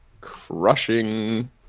Crushing